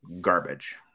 garbage